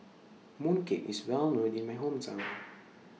Mooncake IS Well known in My Hometown